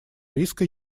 риска